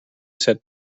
set